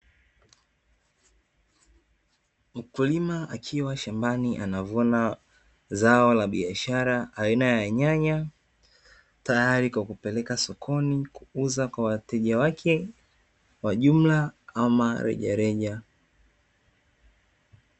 Mkulima akiwa shambani, anavuna zao la biashara aina ya nyanya, tayari kwa kupeleka sokoni kuuza kwa wateja wake wa jumla ama rejareja.